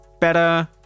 better